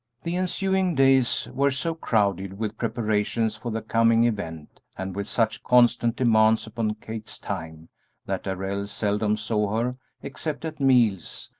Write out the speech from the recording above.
the ensuing days were so crowded with preparations for the coming event and with such constant demands upon kate's time that darrell seldom saw her except at meals,